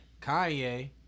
Kanye